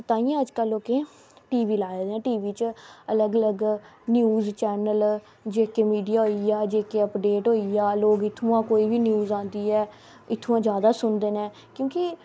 ते ताहियें अज्जकल लोकें टी वी लाए दे न टी वी च अलग अलग न्यूज़ चैनल जे के मीडिया होइया जे के अपडेट होइया लोग इ'त्थुआं कोई बी न्यूज़ आंदी ऐ इ'त्थुआं जादा सुनदे न क्योंकि